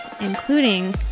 including